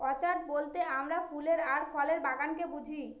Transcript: orchard বলতে আমরা ফলের আর ফুলের বাগানকে বুঝি